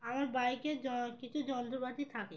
আমার বাইকে যা কিছু যন্ত্রপাতি থাকে